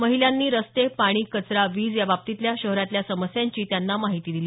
महिलांनी रस्ते पाणी कचरा वीज याबाबतीतल्या शहरातल्या समस्यांची त्यांना माहिती दिली